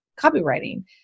copywriting